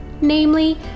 Namely